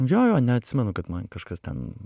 jo jo neatsimenu kad man kažkas ten